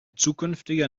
zukünftiger